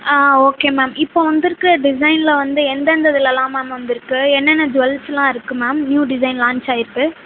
ஆ okay ma'am இப்போது வந்திருக்கற டிசைனில் வந்து எந்தெந்த இதுலல்லாம் மேம் வந்திருக்கு என்னென்ன ஜுவல்ஸ்லாம் இருக்கு மேம் நியூ டிசைன் லான்ச் ஆகியிருக்கு